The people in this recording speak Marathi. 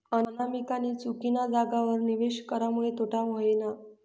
अनामिकानी चुकीना जागावर निवेश करामुये तोटा व्हयना